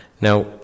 Now